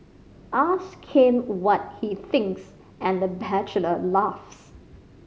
ask him what he thinks and the bachelor laughs